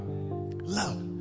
love